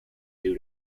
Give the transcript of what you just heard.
due